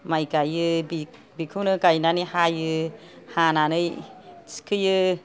माइ गायो बि बिखौनो गाइनानै हायो हानानै थिखोयो